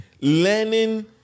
learning